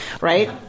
right